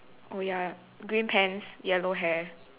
oh ya green pants yellow hair